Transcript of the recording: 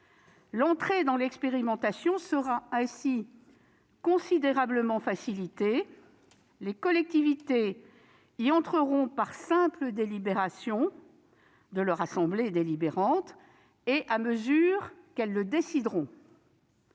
L'entrée dans l'expérimentation sera ainsi considérablement facilitée : les collectivités pourront le faire par simple délibération de leur assemblée délibérante, au fur et à mesure qu'elles le décideront.